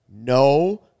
No